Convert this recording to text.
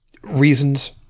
Reasons